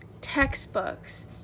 textbooks